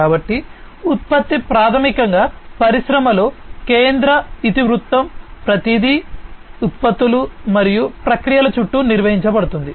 కాబట్టి ఉత్పత్తి ప్రాథమికంగా పరిశ్రమలో కేంద్ర ఇతివృత్తం ప్రతిదీ ఉత్పత్తులు మరియు ప్రక్రియల చుట్టూ నిర్వహించబడుతుంది